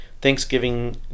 Thanksgiving